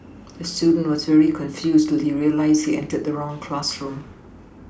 the student was very confused he realised he entered the wrong classroom